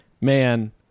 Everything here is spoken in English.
man